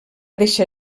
deixar